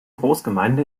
großgemeinde